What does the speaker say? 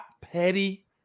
petty